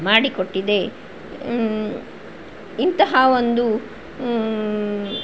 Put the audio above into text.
ಮಾಡಿಕೊಟ್ಟಿದೆ ಇಂತಹ ಒಂದು